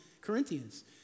Corinthians